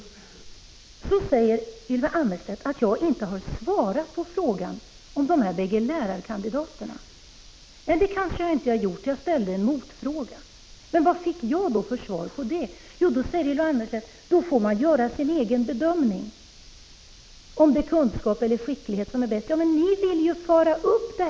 Ylva Annerstedt säger att jag inte har svarat på hennes fråga om de bägge lärarkandidater hon tog som exempel. Det har jag kanske inte gjort, men jag ställde en motfråga. Vilket svar fick då jag på den? Jo, Ylva Annerstedt sade att man får göra sin egen bedömning av om det är kunskap eller skicklighet som är det viktigaste.